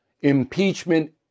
impeachment